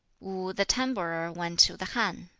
wu the tambourer went to the han.